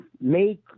make